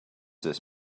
this